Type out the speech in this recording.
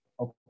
Okay